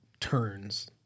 Turns